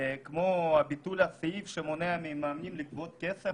כמו ביטול הסעיף שמונע ממאמנים לגבות כסף.